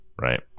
Right